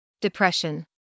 Depression